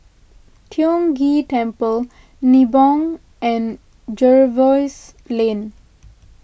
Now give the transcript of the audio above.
Tiong Ghee Temple Nibong and Jervois Lane